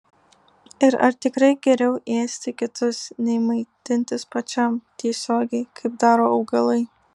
ir ar tikrai geriau ėsti kitus nei maitintis pačiam tiesiogiai kaip daro augalai